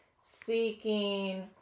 seeking